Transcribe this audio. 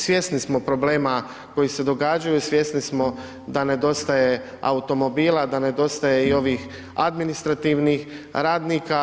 Svjesni smo problema koji se događaju, svjesni smo da nedostaje automobila, da nedostaje i ovih administrativnih radnika.